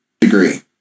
degree